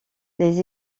les